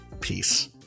Peace